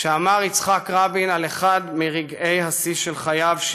שאמר יצחק רבין על אחד מרגעי השיא של חייו,